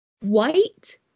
White